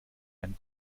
ein